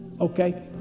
Okay